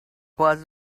was